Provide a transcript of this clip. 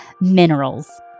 minerals